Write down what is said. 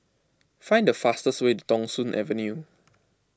find the fastest way to Thong Soon Avenue